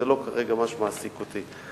כרגע זה לא מה שמעסיק אותי.